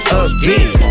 again